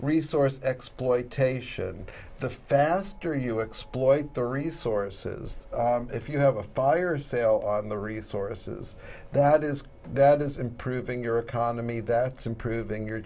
resource exploitation the faster you exploit the resources if you have a fire sale on the resources that is that is improving your economy that's improving your